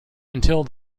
until